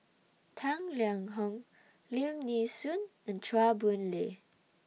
Tang Liang Hong Lim Nee Soon and Chua Boon Lay